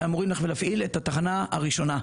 ואמורים להפעיל את התחנה הראשונה.